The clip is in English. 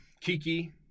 Kiki